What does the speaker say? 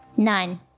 Nine